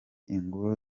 ingoro